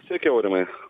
sveiki aurimai